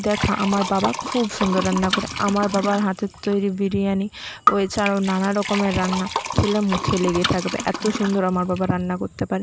দেখা আমার বাবা খুব সুন্দর রান্না করে আমার বাবার হাতের তৈরি বিরিয়ানি ও এছাড়াও নানা রকমের রান্না খেলে মুখে লেগে থাকবে এতো সুন্দর আমার বাবা রান্না করতে পারে